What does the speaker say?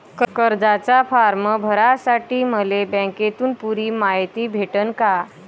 कर्जाचा फारम भरासाठी मले बँकेतून पुरी मायती भेटन का?